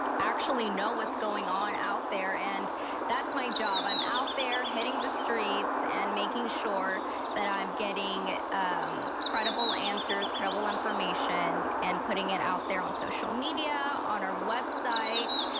actually know what's going on out there and that's my job, i'm out there hitting the streets and making sure that i'm getting um credible answer, credible information and putting it out there on social media, on our website,